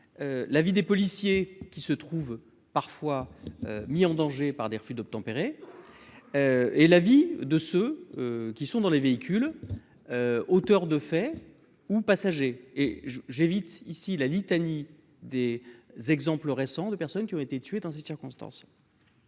la vie des policiers qui se trouvent parfois mis en danger par des refus d'obtempérer et la vie de ceux qui sont dans les véhicules, auteur de faits ou passager et j'évite ici la litanie des exemples récents de personnes qui ont été tués dans ces circonstances,